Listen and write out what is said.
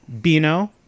Bino